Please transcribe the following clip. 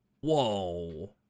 Whoa